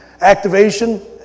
activation